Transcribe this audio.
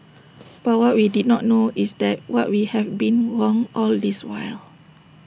but what we did not know is that what we have been wrong all this while